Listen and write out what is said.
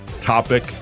topic